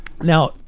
Now